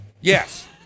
Yes